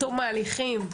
תום ההליכים.